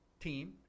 team